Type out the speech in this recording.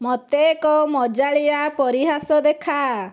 ମୋତେ ଏକ ମଜାଳିଆ ପରିହାସ ଦେଖା